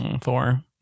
Four